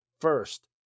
First